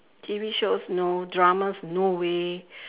T_V shows no dramas no way